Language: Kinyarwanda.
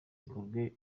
bikorwe